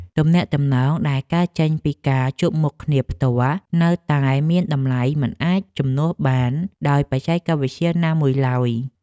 ទំនាក់ទំនងដែលកើតចេញពីការជួបមុខគ្នាផ្ទាល់នៅតែមានតម្លៃមិនអាចជំនួសបានដោយបច្ចេកវិទ្យាណាមួយឡើយ។